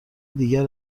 دیگر